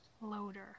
Loader